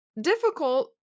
difficult